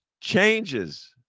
changes